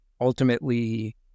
ultimately